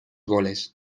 goles